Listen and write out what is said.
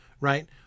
right